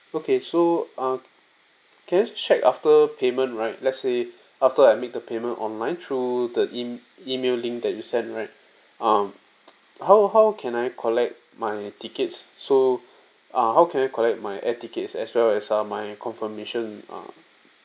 okay so err can you just check after payment right let's say after I make the payment online through the in email link that you sent right um how how can I collect my tickets so uh how can I collect my air tickets as well as uh my confirmation uh